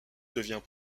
devient